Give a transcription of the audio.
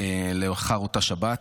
לאחר אותה שבת,